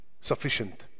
Sufficient